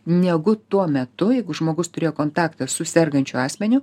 negu tuo metu jeigu žmogus turėjo kontaktą su sergančiu asmeniu